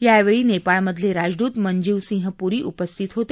यावेळी नेपाळमधले राजदूत मनजीव सिंह पुरी उपस्थित होते